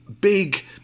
big